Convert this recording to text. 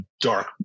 dark